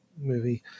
movie